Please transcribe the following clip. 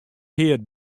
heard